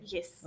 Yes